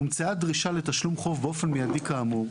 "הומצאה דרישה לתשלום חוב באופן מיידי כאמור,